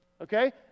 Okay